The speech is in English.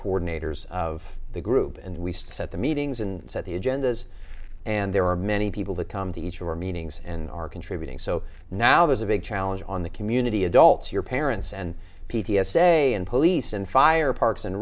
coordinators of the group and we set the meetings and set the agendas and there are many people that come to each of our meetings and are contributing so now there's a big challenge on the community adults your parents and p t s say and police and fire parks and